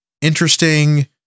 interesting